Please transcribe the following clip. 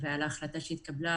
מה הסטטוס של הצעת החוק של ביטוח